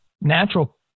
natural